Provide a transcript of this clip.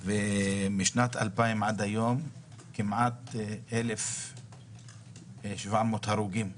על כך שמשנת 2000 ועד היום היו כמעט 1,700 הרוגים,